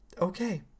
Okay